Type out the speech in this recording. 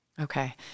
Okay